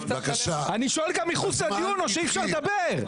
אני שואל גם מחוץ לדיון או שאי אפשר לדבר?